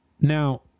now